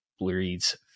breeds